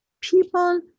people